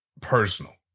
personal